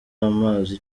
amazi